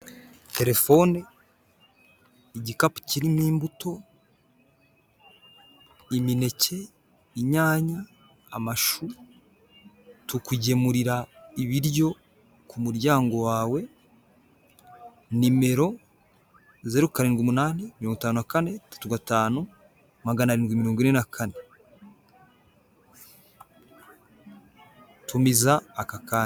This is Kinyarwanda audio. Telefone, igikapu kirimo imbuto, imineke, inyanya, amashu tukugemurira ibiryo ku muryango wawe, nimero: zeru karindwi umunani, mirongo itanu na kane, tatu gatanu, maganarindwi mirongo ine na kane, tumiza aka kanya.